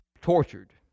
tortured